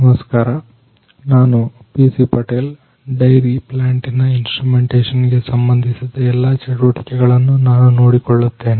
ನಮಸ್ಕಾರ ನಾನು PC Patel dairy ಪ್ಲಾಂಟಿನ ಇನ್ಸ್ಟ್ರುಮೆಂಟೇಷನ್ ಗೆ ಸಂಬಂಧಿಸಿದ ಎಲ್ಲಾ ಚಟುವಟಿಕೆಗಳನ್ನು ನಾನು ನೋಡಿಕೊಳ್ಳುತ್ತೇನೆ